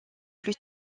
plus